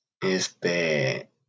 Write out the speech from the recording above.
Este